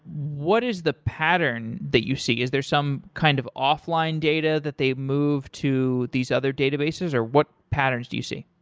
what is the pattern that you see? is there some kind of offline data that they've moved to these other databases, or what patterns do you see?